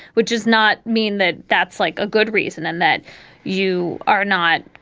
which does not mean that that's like a good reason and that you are not,